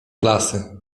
klasy